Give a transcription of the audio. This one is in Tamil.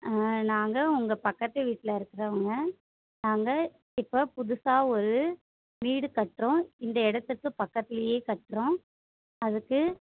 ஆ நாங்கள் உங்கள் பக்கத்து வீட்டில் இருக்கிறவங்க நாங்கள் இப்போ புதுசாக ஒரு வீடு கட்டுறோம் இந்த இடத்துக்கு பக்கத்திலேயே கட்டுறோம் அதுக்கு